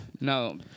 No